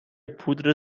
پودر